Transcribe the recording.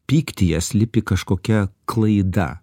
pyktyje slypi kažkokia klaida